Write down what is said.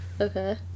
Okay